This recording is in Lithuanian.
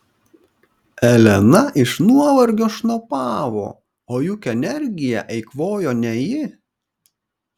elena iš nuovargio šnopavo o juk energiją eikvojo ne ji